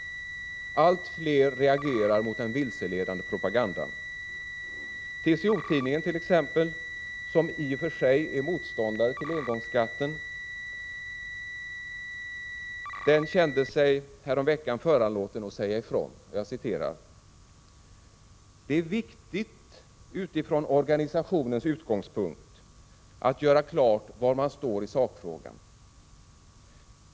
Allt fler reagerar mot den vilseledande propagandan. TCO-tidningen t.ex., som i och för sig är motståndare till engångsskatten, kände sig häromveckan föranlåten att säga ifrån: ”Det är viktigt att utifrån organisationens utgångspunkter göra klart var man står i sakfrågan.